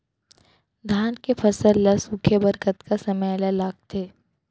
धान के फसल ल सूखे बर कतका समय ल लगथे?